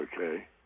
okay